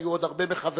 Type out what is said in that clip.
היו עוד הרבה מחברי,